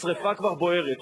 השרפה כבר בוערת.